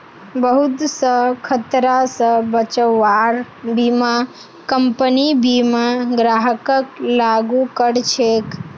बहुत स खतरा स बचव्वार बीमा कम्पनी बीमा ग्राहकक लागू कर छेक